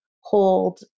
hold